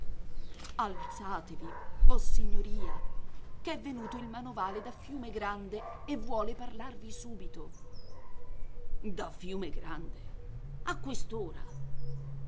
alzatevi vossignoria ch'è venuto il manovale da fiumegrande e vuole parlarvi subito da fiumegrande a